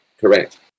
correct